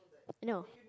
no